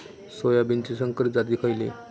सोयाबीनचे संकरित जाती खयले?